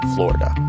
Florida